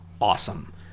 awesome